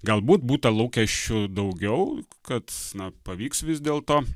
galbūt būta lūkesčių daugiau kad na pavyks vis dėlto